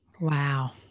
Wow